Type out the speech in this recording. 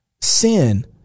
sin